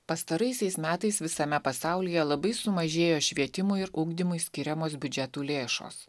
pastaraisiais metais visame pasaulyje labai sumažėjo švietimui ir ugdymui skiriamos biudžetų lėšos